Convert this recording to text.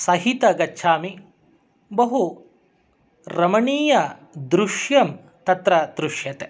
सहितं गच्छामि बहुरमणीयदृश्यं तत्र दृश्यते